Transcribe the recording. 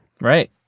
Right